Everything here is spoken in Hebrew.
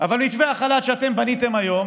אבל מתווה החל"ת שבניתם היום